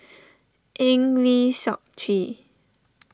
Eng Lee Seok Chee